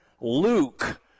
Luke